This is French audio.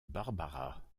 barbara